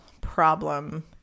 problem